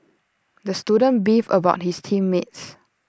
the student beefed about his team mates